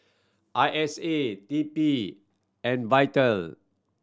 I S A T P and Vital